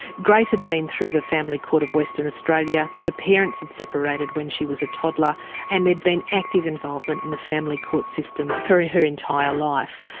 grace had been through the family court of western australia. her parents had separated when she was a toddler and there'd been active involvement in the family court system for ah her entire life.